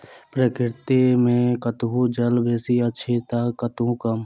प्रकृति मे कतहु जल बेसी अछि त कतहु कम